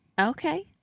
Okay